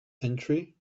entry